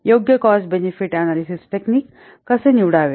योग्य cost benefit analysis technique कसे निवडावे